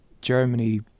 Germany